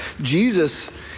Jesus